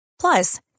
Plus